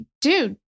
dude